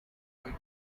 quite